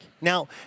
now